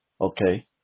okay